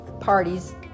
parties